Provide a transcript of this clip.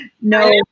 no